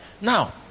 now